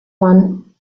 one